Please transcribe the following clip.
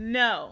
no